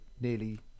nearly